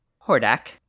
Hordak